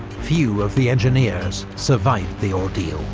few of the engineers survived the ordeal